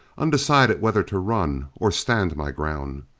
undecided whether to run or stand my ground.